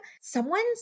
someone's